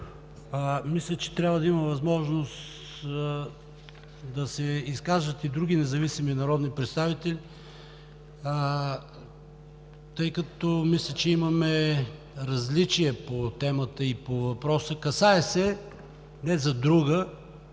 мисля, че трябва да има възможност да се изкажат и други независими народни представители, тъй като смятам, че имаме различия по темата и по въпроса. Касае се не за друга